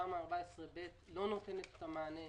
תמ"א 14ב' לא נותנת את המענה.